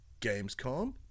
Gamescom